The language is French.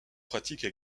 pratique